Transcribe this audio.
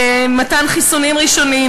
מתן חיסונים ראשוניים,